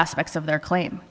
aspects of their claim